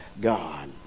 God